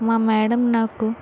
మా మ్యాడం నాకు